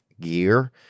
gear